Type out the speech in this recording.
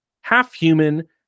half-human